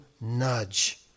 nudge